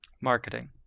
marketing